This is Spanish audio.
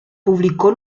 publicó